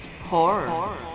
horror